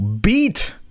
beat